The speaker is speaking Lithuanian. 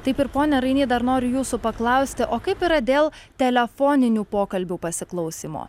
taip ir pone rainy dar noriu jūsų paklausti o kaip yra dėl telefoninių pokalbių pasiklausymo